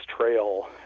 trail